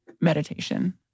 meditation